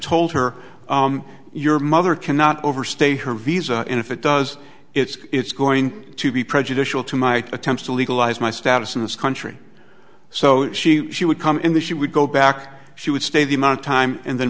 told her your mother cannot overstate her visa and if it does it's it's going to be prejudicial to my attempts to legalize my status in this country so she she would come in the she would go back she would stay the amount time and then